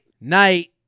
Night